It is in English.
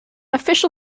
official